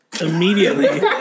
Immediately